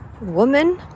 Woman